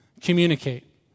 communicate